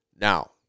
Now